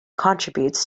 contributes